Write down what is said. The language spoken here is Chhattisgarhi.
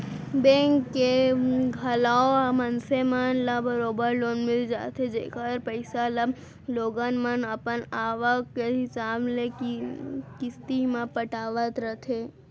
बेंक ले घलौ मनसे मन ल बरोबर लोन मिल जाथे जेकर पइसा ल लोगन मन अपन आवक के हिसाब ले किस्ती म पटावत रथें